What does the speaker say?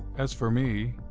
as for me,